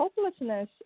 hopelessness